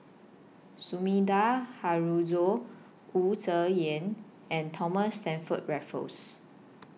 Sumida Haruzo Wu Tsai Yen and Thomas Stamford Raffles